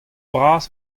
bras